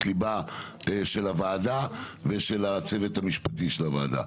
ליבה של הוועדה ושל הצוות המשפטי של הוועדה.